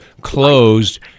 closed